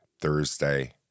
Thursday